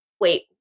wait